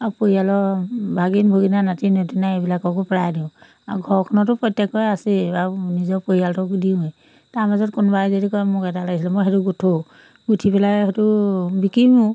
আৰু পৰিয়ালৰ ভাগিন ভগীনা নাতি নাতিনী এইবিলাককো প্ৰায় দিওঁ আৰু ঘৰখনতো প্ৰত্যেকৰে আছেই আৰু নিজৰ পৰিয়ালটো দিওঁৱেই তাৰ মাজত কোনোবাই যদি কয় মোক এটা লাগিছিলে মই সেইটো গুঠোঁ গুঠি পেলাই সেইটো বিকিমো